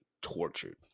tortured